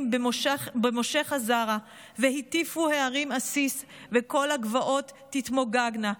במֹשך הזרע והטיפו ההרים עסיס וכל הגבעות תתמוגגנה.